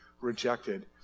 rejected